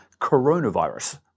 coronavirus